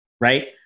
right